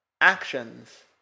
actions